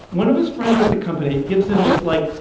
one of his friends at the company gives him this, like,